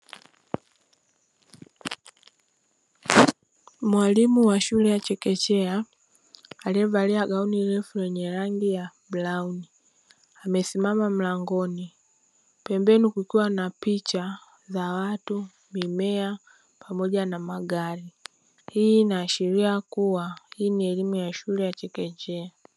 Mwalimu wa shule ya chekechea aliyevalia gauni refu lenye rangi ya brauni, amesimama mlangoni pembeni kukiwa na picha za watu, mimea pamoja na magari. Hii inaashiria kuwa ni elimu ya chekechea.